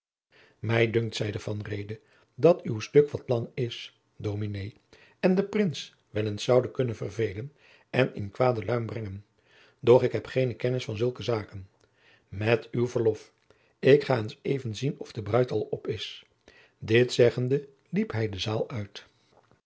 mij dunkt zeide van reede dat uw stuk wat lang is dominé en den prins wel eens zoude kunnen verveelen en in kwaden luim brengen doch ik heb geene kennis van zulke zaken met uw verlof ik ga eens even zien of de bruid al op is dit zeggende liep hij de zaal uit